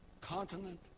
continent